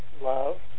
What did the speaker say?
love